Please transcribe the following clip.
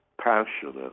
passionate